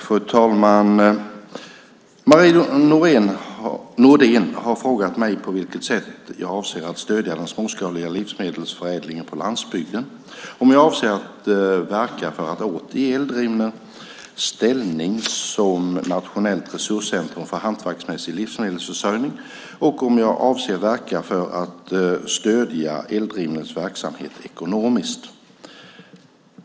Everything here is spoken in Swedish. Fru talman! Marie Nordén har frågat mig på vilket sätt jag avser att stödja den småskaliga livsmedelsförädlingen på landsbygden, om jag avser att verka för att åter ge Eldrimner ställning som nationellt resurscentrum för hantverksmässig livsmedelsförsörjning och om jag avser att verka för att stödja Eldrimners verksamhet ekonomiskt.